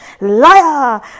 Liar